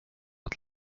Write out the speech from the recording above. att